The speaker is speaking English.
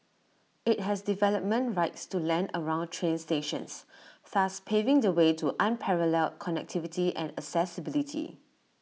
IT has development rights to land around train stations thus paving the way to unparalleled connectivity and accessibility